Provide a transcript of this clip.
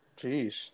Jeez